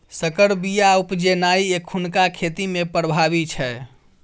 सँकर बीया उपजेनाइ एखुनका खेती मे प्रभावी छै